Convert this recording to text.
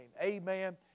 Amen